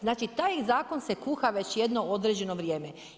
Znači, taj zakon se kuha već jedno određeno vrijeme.